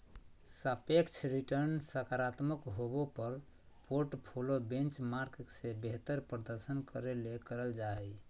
सापेक्ष रिटर्नसकारात्मक होबो पर पोर्टफोली बेंचमार्क से बेहतर प्रदर्शन करे ले करल जा हइ